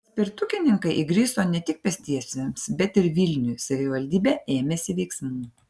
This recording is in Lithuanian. paspirtukininkai įgriso ne tik pėstiesiems bet ir vilniui savivaldybė ėmėsi veiksmų